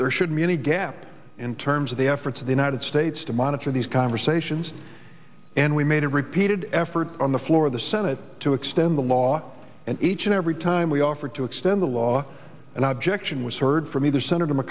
there should be any gap in terms of the efforts of the united states to monitor these conversations and we made repeated efforts on the floor of the senate to extend the law and each and every time we offered to extend the law and abjection was heard from either sen